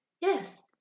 Yes